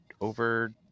over